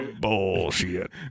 bullshit